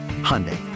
Hyundai